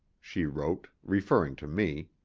she wrote, referring to me.